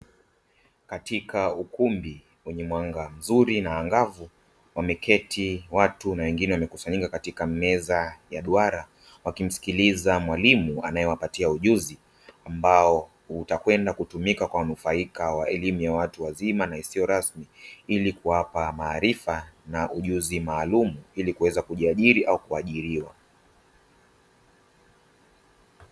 Katika ukumbi wenye mwanga mzuri na angavu, wameketi watu na wengine wamekusanyika katika meza ya duara wakimsikiliza mwalimu anaye wapatia ujuzi ambao utakwenda kutumika kwa wanufaika wa elimu ya watu wazima na isiyo rasmi, ili kuwapa maarifa na ujuzi maalumu ili kuweza kujiajiri au kuajiriwa.